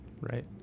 Right